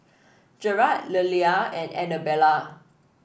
Jerad Lelia and Anabella